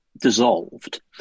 dissolved